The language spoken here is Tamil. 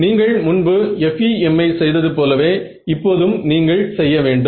நீங்கள் முன்பு FEM ஐ செய்தது போலவே இப்போதும் நீங்கள் செய்ய வேண்டும்